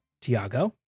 Tiago